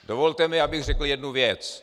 Dovolte mi, abych řekl jednu věc.